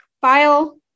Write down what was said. file